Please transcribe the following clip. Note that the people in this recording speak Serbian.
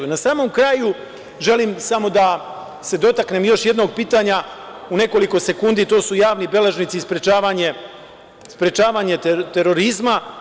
Na samom kraju želi samo da se dotaknem još jednog pitanja, u nekoliko sekundi, to su javni beležnici i sprečavanje terorizma.